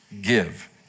give